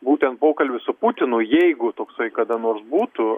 būtent pokalbis su putinu jeigu toksai kada nors būtų